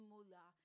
Mula